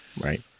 Right